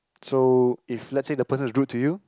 so if let say the person is rude to you